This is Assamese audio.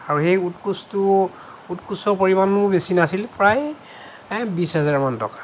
আৰু সেই উৎকোচটো উৎকোচৰ পৰিমাণো বেছি নাছিল প্ৰায় বিছ হাজাৰমান টকা